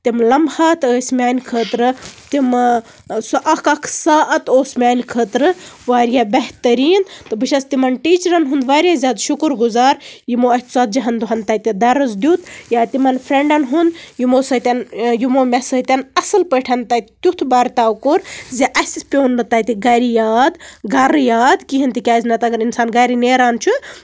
تِم لَمحات ٲسۍ میٛانہِ خٲطرٕ تِم سُہ اکھ اکھ ساتھ اوس میٛانہِ خٲطرٕ واریاہ بہتریٖن تہٕ بہٕ چھَس تِمن ٹیٖچرَن ہُنٛد واریاہ زیادٕ شُکُر گُزار یِمو اَسہِ تَتہِ ژَتجی ہن دۄہَن تَتہِ اَسہِ دَرس دیُت یا تِمن فرینٛڈَن ہُنٛد یِمو سۭتۍ یِمو مےٚ سۭتۍ اَصٕل پٲٹھۍ تَتہِ تیُتھ برتاو کوٚر زِ اَسہِ پیوٚو نہٕ تَتہِ گرِ یاد گرٕ یاد کِہیٖنٛۍ تِکیٛازِ نتہٕ اَگر اِنسان گرِ نیران چھُ